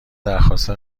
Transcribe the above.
درخواست